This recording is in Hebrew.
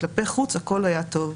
כלפי חוץ הכול היה טוב,